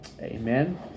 Amen